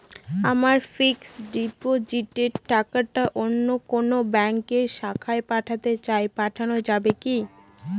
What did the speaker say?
আমার ফিক্সট ডিপোজিটের টাকাটা অন্য কোন ব্যঙ্কের শাখায় পাঠাতে চাই পাঠানো যাবে কি?